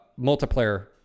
multiplayer